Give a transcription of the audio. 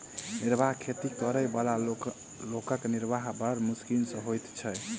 निर्वाह खेती करअ बला लोकक निर्वाह बड़ मोश्किल सॅ होइत छै